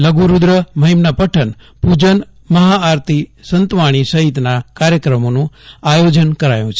લઘુ રૂદ્ર મહિમ્ન પઠન પૂ જન મહાઆરતી સંતવાણી સહિતના કાર્યક્રમોનું આયોજન કરાયું છે